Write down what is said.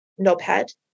knobhead